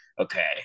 okay